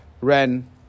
Ren